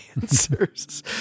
answers